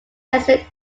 estate